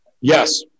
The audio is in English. yes